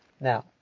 now